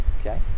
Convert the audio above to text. Okay